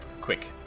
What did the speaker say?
Quick